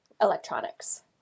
electronics